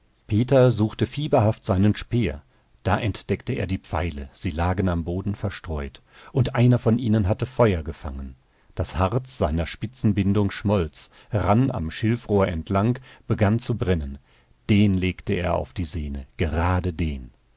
peter suchte fieberhaft seinen speer da entdeckte er die pfeile sie lagen am boden verstreut und einer von ihnen hatte feuer gefangen das harz seiner spitzenbindung schmolz rann am schilfrohr entlang begann zu brennen den legte er auf die sehne gerade den